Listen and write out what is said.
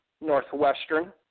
Northwestern